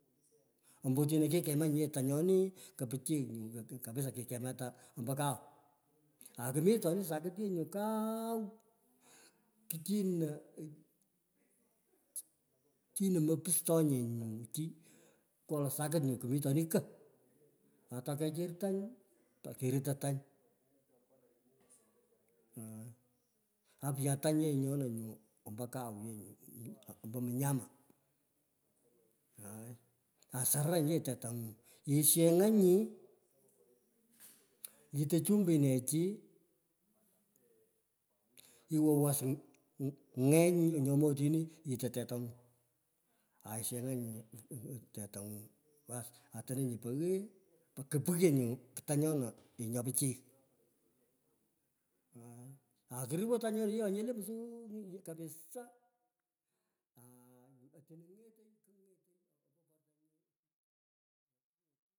Ombo otino yee kikemanyi, tanyoni i kupichiy nyuu kapisa kikemata ombo kau. Akumitoni sakit ye nyuu kauu kuchino chino mopustonye nye nyuu chi kwoloi sakit nyu kumitoni ko. ata kechir tany, kerito tany. aai. Afya tany yee nyu nyona nyu ombo kau, aku ombo mnyama, aai; asararanyi, ye tetangu sheng'anyi, ito chumbinechi, iwo was ng'eny nyomi otini ito tetangu, baas, aitononyi peghee pu kupughyo nyu tanyona nyo pichiy, aai, aku rowoy tanyoni yee nyino le msurii kabisa otino nyetei kunyetei ombo portanyi.